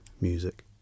music